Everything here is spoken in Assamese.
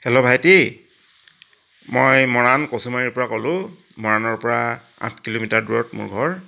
হেল্লো ভাইটি মই মৰাণ কচুমাৰীৰ পৰা ক'লোঁ মৰাণৰ পৰা আঠ কিলোমিটাৰ দূৰত মোৰ ঘৰ